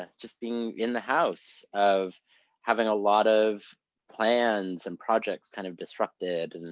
and just being in the house, of having a lot of plans and projects kind of disrupted. and